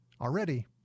already